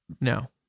No